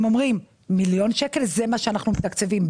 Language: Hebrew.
הם אומרים: מיליון שקל, זה מה שאנחנו מתקצבים.